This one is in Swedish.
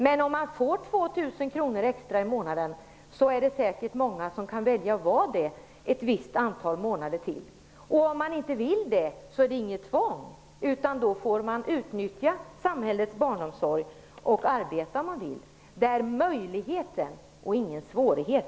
Men om man får 2 000 kr extra i månaden är det säkert många som kan välja att vara hemma ytterligare ett visst antal månader. Om man inte vill stanna hemma, är det inget tvång, utan då får man utnyttja samhällets barnomsorg och arbeta. Vårdnadsbidraget är en möjlighet och ingen svårighet.